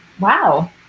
Wow